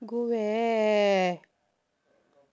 go where